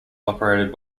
operated